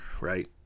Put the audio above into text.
right